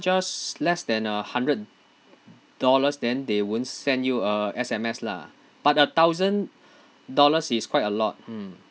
just less than a hundred dollars then they won't send you a S_M_S lah but a thousand dollars is quite a lot mm